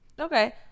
okay